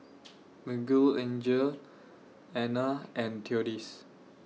Miguelangel Anna and Theodis